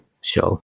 show